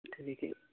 তেনেকে